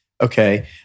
Okay